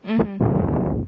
mmhmm